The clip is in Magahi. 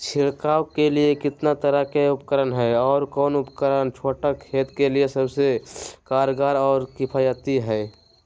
छिड़काव के लिए कितना तरह के उपकरण है और कौन उपकरण छोटा खेत के लिए सबसे कारगर और किफायती है?